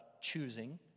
choosing